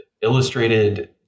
illustrated